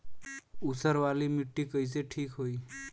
ऊसर वाली मिट्टी कईसे ठीक होई?